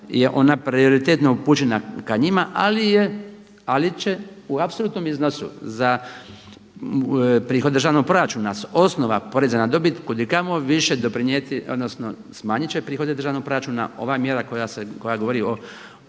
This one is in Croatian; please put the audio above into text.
je ona prioritetno upućena ka njima ali će u apsolutnom iznosu za prihod državnog proračuna sa osnova poreza na dobit kud i kamo više doprinijeti, odnosno smanjit će prihode državnog proračuna. Ova mjera koja govori o